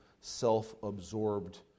self-absorbed